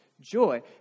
joy